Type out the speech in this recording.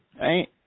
right